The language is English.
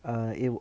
err it